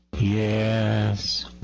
yes